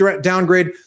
downgrade